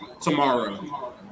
tomorrow